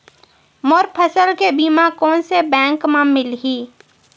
मोर फसल के बीमा कोन से बैंक म मिलही?